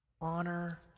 Honor